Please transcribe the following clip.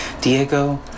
Diego